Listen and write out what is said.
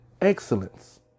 excellence